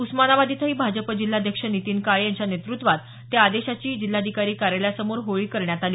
उस्मानाबाद इथंही भाजप जिल्हाध्यक्ष नितीन काळे यांच्या नेतृत्वात त्या आदेशाची जिल्हाधिकारी कार्यालयासमोर होळी करण्यात आली